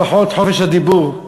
לפחות חופש הדיבור.